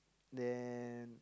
then